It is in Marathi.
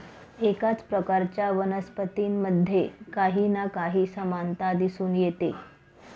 एकाच प्रकारच्या वनस्पतींमध्ये काही ना काही समानता दिसून येते